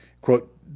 quote